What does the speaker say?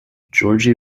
georgi